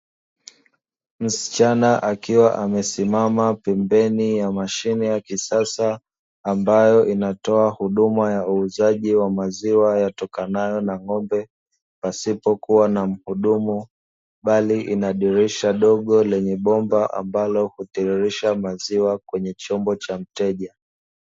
Msichana akiwa amesimama pembeni ya mashine ya kisasa ambayo inatoa huduma ya uuzaji wa maziwa yatokanayo na ng'ombe, pasipokuwa na mhudumu bali inadirisha dogo lenye bomba ambalo hutiririsha maziwa kwenye chombo cha mteja.